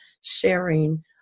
sharing